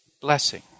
Blessing